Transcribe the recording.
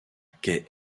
quais